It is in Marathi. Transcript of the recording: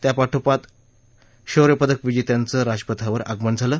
त्यापाठोपाठ शौर्यपदक विजेत्यांचं राजपथावर आगमन झालं